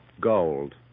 Gold